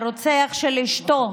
רוצח אשתו,